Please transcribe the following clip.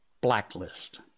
blacklist